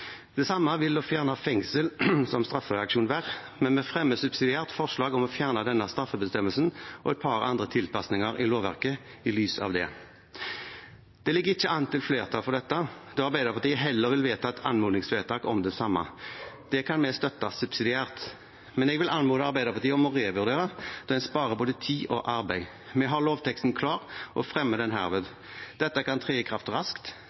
Det samme vil å fjerne fengsel som straffereaksjon være, men vi fremmer subsidiært forslag om å fjerne denne straffebestemmelsen og et par andre tilpasninger i lovverket i lys av det. Det ligger ikke an til flertall for dette, da Arbeiderpartiet heller vil vedta et anmodningsvedtak om det samme. Det kan vi støtte subsidiært, men jeg vil anmode Arbeiderpartiet om å revurdere, for da sparer en både tid og arbeid. Vi har lovteksten klar og fremmer den herved. Dette kan tre i kraft raskt.